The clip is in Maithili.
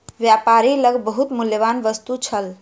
व्यापारी लग बहुत मूल्यवान वस्तु छल